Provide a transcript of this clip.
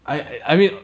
I I mean